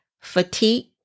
fatigue